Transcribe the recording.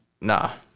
Nah